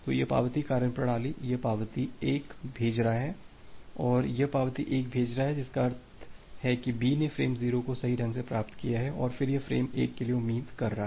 तो यह पावती कार्यप्रणाली यह पावती 1 भेज रहा है यह पावती 1 भेज रहा है जिसका अर्थ है कि B ने फ्रेम 0 को सही ढंग से प्राप्त किया है और फिर यह फ्रेम 1 के लिए उम्मीद कर रहा है